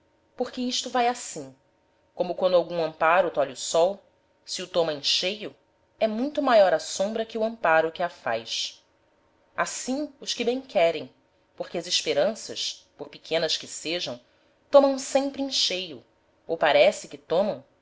porque isto vae assim como quando algum amparo tolhe o sol se o toma em cheio é muito maior a sombra que o amparo que a faz assim os que bem querem porque as esperanças por pequenas que sejam tomam sempre em cheio ou parece que tomam